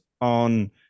on